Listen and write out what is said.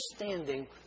understanding